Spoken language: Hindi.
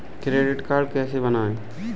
क्रेडिट कार्ड कैसे बनवाएँ?